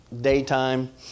Daytime